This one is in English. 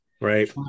Right